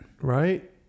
Right